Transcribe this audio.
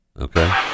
Okay